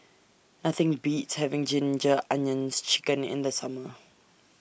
Nothing Beats having Ginger Onions Chicken in The Summer